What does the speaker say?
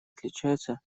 отличаются